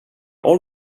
all